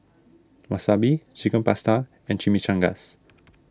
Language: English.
Wasabi Chicken Pasta and Chimichangas